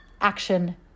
action